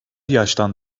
yaştan